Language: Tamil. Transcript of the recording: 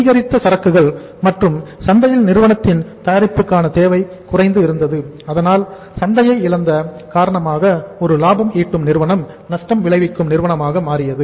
அதிகரித்த சரக்குகள் மற்றும் சந்தையில் நிறுவனத்தின் தயாரிப்புக்கான தேவை குறைவாக இருந்தது அதனால் சந்தையை இழந்த காரணமாக ஒரு லாபம் ஈட்டும் நிறுவனம் நஷ்டம் விளைவிக்கும் நிறுவனமாக மாறியது